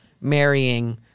marrying